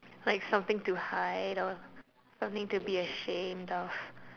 like something to hide or something to be ashamed of